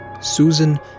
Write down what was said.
Susan